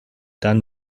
dann